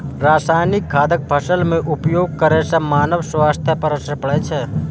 रासायनिक खादक फसल मे उपयोग करै सं मानव स्वास्थ्य पर असर पड़ै छै